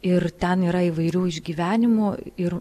ir ten yra įvairių išgyvenimų ir